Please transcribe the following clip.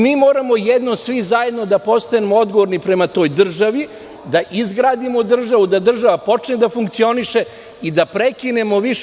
Mi moramo jednom svi zajedno da postanemo odgovorni prema toj državi da izgradimo državu, da država počne da funkcioniše i da prekinemo više.